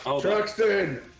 Truxton